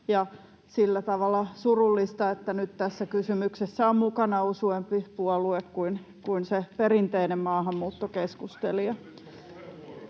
sillä tavalla tämä on surullista, että nyt tässä kysymyksessä on mukana useampi puolue kuin se perinteinen maahanmuuttokeskustelija.